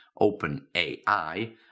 OpenAI